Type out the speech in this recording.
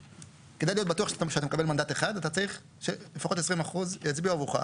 כדי להיות בטוח שאתה תקבל מנדט אחד אתה צריך שלפחות 20% יצביעו עבורך,